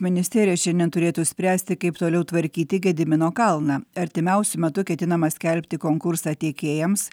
ministerija šiandien turėtų spręsti kaip toliau tvarkyti gedimino kalną artimiausiu metu ketinama skelbti konkursą tiekėjams